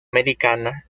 americana